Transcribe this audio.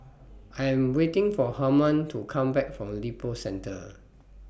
I'm waiting For Harman to Come Back from Lippo Centre